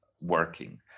working